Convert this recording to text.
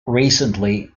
recently